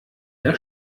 der